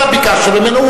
אתה ביקשת ממנו,